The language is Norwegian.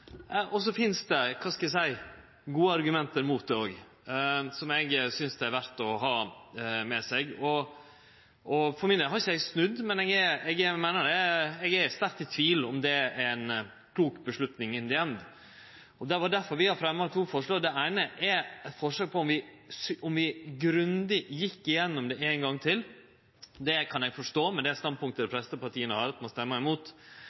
og så finst det – kva skal eg seie – gode argument mot òg, som eg synest er verdt å ha med seg. For min del har eg ikkje snudd, men eg er sterkt i tvil om det er ei klok avgjerd «in the end». Det er derfor vi har fremja to forslag. Det eine er eit forslag om at vi grundig går gjennom det ein gong til. Det kan eg forstå, med dei standpunkta dei fleste partia har, at ein stemmer imot. Når det gjeld det andre, om DAB, så oppfattar eg at